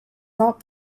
not